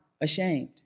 ashamed